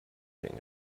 king